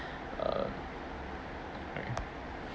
uh sorry